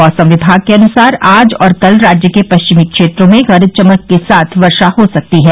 मौसम विभाग के अनुसार आज और कल राज्य के पश्चिमी क्षेत्रों में गरज चमक के साथ वर्षा हो सकती है